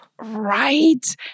Right